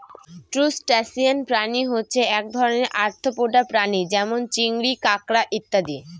crustacean প্রাণী হচ্ছে এক ধরনের আর্থ্রোপোডা প্রাণী যেমন চিংড়ি, কাঁকড়া ইত্যাদি